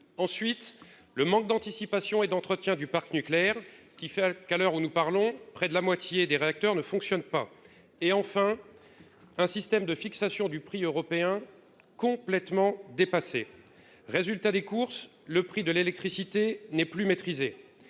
ensuite le manque d'anticipation et d'entretien du parc nucléaire qui fait qu'à l'heure où nous parlons, près de la moitié des réacteurs ne fonctionne pas et, enfin, un système de fixation du prix européen complètement dépassés, résultat des courses : le prix de l'électricité n'est plus maîtrisée,